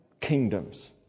kingdoms